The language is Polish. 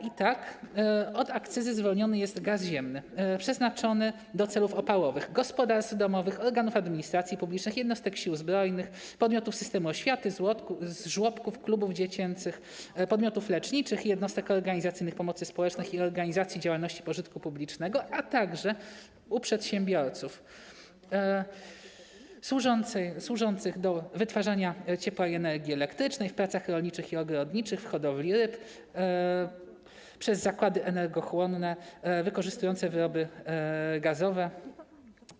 I tak z akcyzy zwolniony jest gaz ziemny przeznaczony do celów opałowych gospodarstw domowych, organów administracji publicznej, jednostek Sił Zbrojnych, podmiotów systemu oświaty, żłobków, klubów dziecięcych, podmiotów leczniczych i jednostek organizacyjnych pomocy społecznych i organizacji działalności pożytku publicznego, a także przedsiębiorców, służący do wytwarzania ciepła i energii elektrycznej, w pracach rolniczych i ogrodniczych, w hodowli ryb, używany przez zakłady energochłonne wykorzystujące wyroby gazowe.